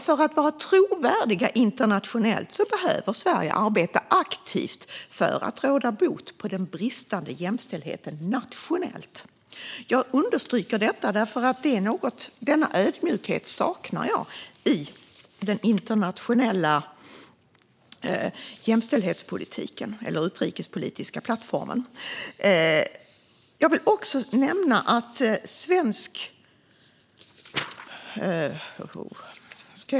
För att vara trovärdigt internationellt behöver Sverige arbeta aktivt för att råda bot på den bristande jämställdheten nationellt. Jag understryker detta därför att jag saknar denna ödmjukhet i den internationella jämställdhetspolitiken - den utrikespolitiska plattformen.